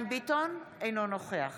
אינו נוכח